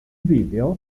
video